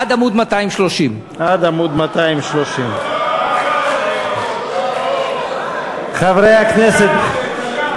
עד עמוד 230. עד עמוד 230. חברי הכנסת,